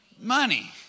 money